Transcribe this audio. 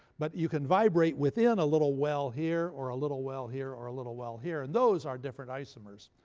but you can vibrate within a little well here, or a little well here, or a little well here. and those are different isomers,